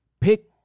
pick